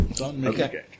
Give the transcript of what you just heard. Okay